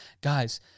guys